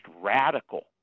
radical